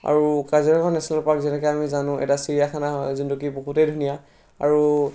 আৰু Kaziranga national park যেনেকৈ আমি জানো এটা চিৰিয়াখানা হয় যোনটো কি বহুতেই ধুনীয়া আৰু